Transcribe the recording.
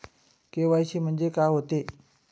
KYC म्हंनजे का होते?